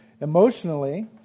Emotionally